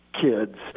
kids